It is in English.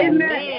Amen